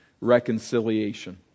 reconciliation